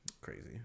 crazy